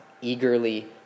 eagerly